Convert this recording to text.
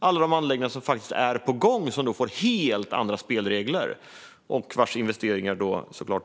Alla de anläggningar som är på gång får då helt andra spelregler, och deras investeringar hotas såklart.